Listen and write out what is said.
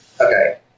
Okay